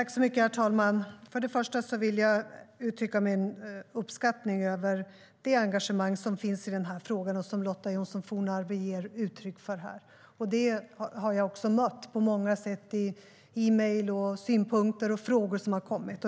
Herr talman! Jag vill först uttrycka min uppskattning över det engagemang som finns i den här frågan och som Lotta Johnsson Fornarve ger utryck för här. Det har jag också mött i e-post, synpunkter och frågor som har kommit.